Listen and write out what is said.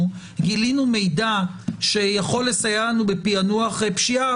גילינו מידע שיכול לסייע לנו בפענוח פשיעה,